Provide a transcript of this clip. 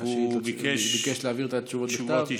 והוא ביקש להעביר את התשובות בכתב.